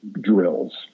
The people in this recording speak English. drills